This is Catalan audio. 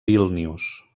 vílnius